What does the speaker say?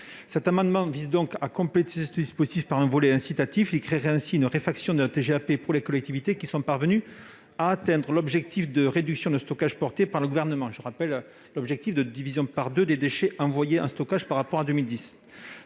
Cet amendement vise à compléter ce dispositif par un volet incitatif. Il créerait ainsi une réfaction de TGAP pour les collectivités qui sont parvenues à atteindre l'objectif de réduction du stockage porté par le Gouvernement, soit une division par deux des déchets envoyés en stockage par rapport à 2010.